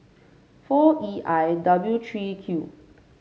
four E I W three Q